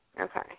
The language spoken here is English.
Okay